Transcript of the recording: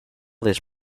this